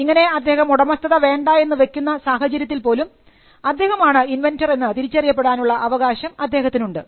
ഇങ്ങനെ അദ്ദേഹം ഉടമസ്ഥത വേണ്ട എന്ന് വയ്ക്കുന്ന സാഹചര്യത്തിൽ പോലും അദ്ദേഹമാണ് ഇൻവെന്റർ എന്ന് തിരിച്ചറിയപ്പെടാൻ ഉള്ള അവകാശം അദ്ദേഹത്തിനുണ്ട്